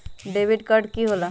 Debit card की होला?